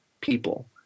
people